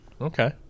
Okay